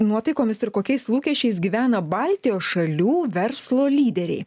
nuotaikomis ir kokiais lūkesčiais gyvena baltijos šalių verslo lyderiai